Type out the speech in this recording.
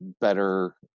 better